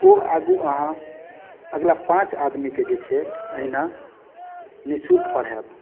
ओ आगू अहाँ अगला पाँच आदमी के जे छै एहिना निःशुल्क पढायब